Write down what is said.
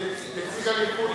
חד-משמעית.